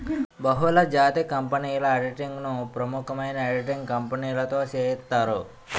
బహుళజాతి కంపెనీల ఆడిటింగ్ ను ప్రముఖమైన ఆడిటింగ్ కంపెనీతో సేయిత్తారు